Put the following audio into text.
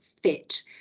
fit